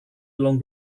along